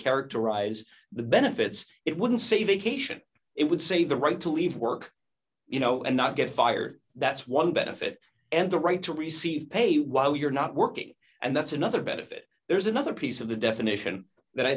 characterize the benefits it wouldn't say vacation it would say the right to leave work you know and not get fired that's one benefit and the right to receive pay while you're not working and that's another benefit there's another piece of the definition that i